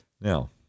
Now